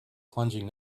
plunging